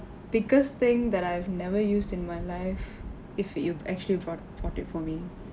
biggest thing that I've never used in my life if you actually bought it for me